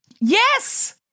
Yes